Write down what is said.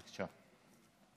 בבקשה.